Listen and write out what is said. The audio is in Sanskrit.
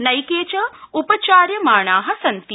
नैके च उपचार्यमाणा सन्ति